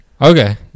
Okay